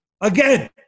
Again